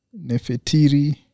Nefetiri